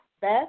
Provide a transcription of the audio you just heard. Beth